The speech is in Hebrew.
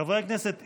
חברי הכנסת אילוז,